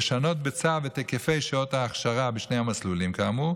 לשנות בצו את היקפי שעות ההכשרה בשני המסלולים כאמור.